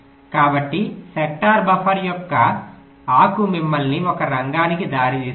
కాబట్టి sector buffer యొక్క ఆకు మిమ్మల్ని ఒక రంగానికి దారి తీస్తుంది